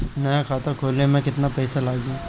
नया खाता खोले मे केतना पईसा लागि?